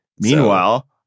meanwhile